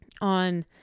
on